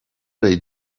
they